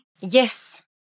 Yes